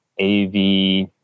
AV